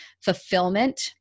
fulfillment